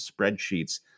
spreadsheets